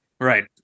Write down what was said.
Right